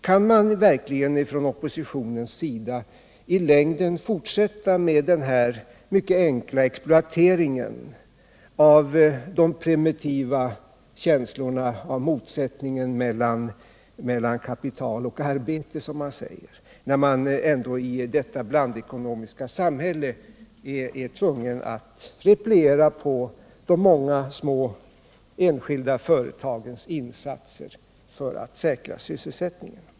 Kan man verkligen från oppositionens sida i längden fortsätta med den här mycket enkla exploateringen av primitiva känslor av motsättning mellan kapital och arbete som man säger, när man ändå i detta blandekonomiska samhälle är tvungen att repliera på de många små enskilda företagens insatser för att säkra sysselsättningen?